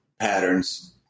patterns